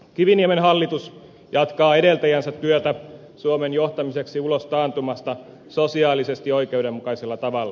kiviniemen hallitus jatkaa edeltäjänsä työtä suomen johtamiseksi ulos taantumasta sosiaalisesti oikeudenmukaisella tavalla